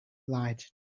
lied